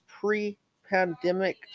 pre-pandemic